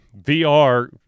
VR